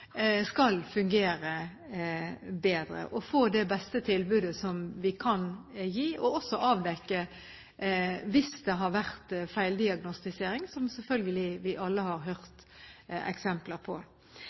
skal fungere bedre og få det beste tilbudet vi kan gi, og også avdekke hvis det har vært feildiagnostisering, som selvfølgelig vi alle har